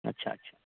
আচ্ছা আচ্ছা